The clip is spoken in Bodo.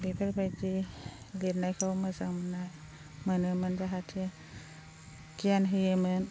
बेफोरबायदि लिरनायखौ मोजां मोनोमोन जिहेथु गियान होयोमोन